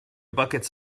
buckets